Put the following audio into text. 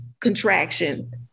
contraction